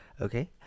Okay